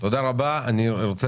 אני רוצה